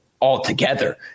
altogether